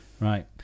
Right